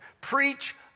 Preach